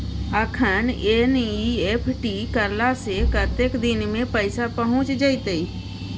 अखन एन.ई.एफ.टी करला से कतेक दिन में पैसा पहुँच जेतै?